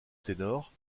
ténor